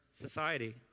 society